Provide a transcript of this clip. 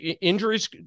injuries